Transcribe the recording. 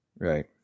Right